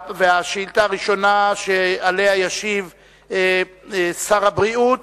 השאילתא הראשונה שעליה ישיב שר הבריאות